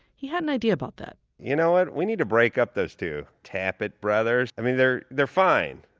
he had an idea about that you know what, we need to break up those two, tappet brothers. i mean, they're they're fine.